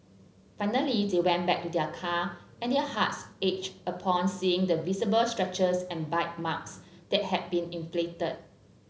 finally they went back to their car and their hearts ached upon seeing the visible scratches and bite marks that had been inflicted